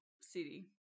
city